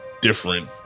different